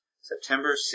September